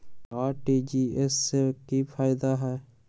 RTGS से की की फायदा बा?